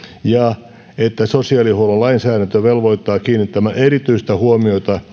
ja että sosiaalihuollon lainsäädäntö velvoittaa kiinnittämään erityistä huomiota